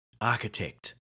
architect